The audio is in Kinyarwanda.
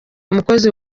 umukozi